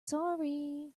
sorry